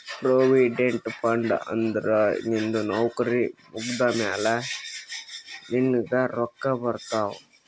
provident fund ಅಂದುರ್ ನಿಂದು ನೌಕರಿ ಮುಗ್ದಮ್ಯಾಲ ನಿನ್ನುಗ್ ರೊಕ್ಕಾ ಬರ್ತಾವ್